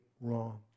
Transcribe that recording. wrong